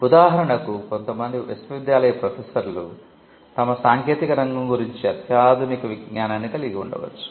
ఉదాహరణకు కొంతమంది విశ్వవిద్యాలయ ప్రొఫెసర్లు తమ సాంకేతిక రంగం గురించి అత్యాధునిక జ్ఞానాన్ని కలిగి ఉండవచ్చు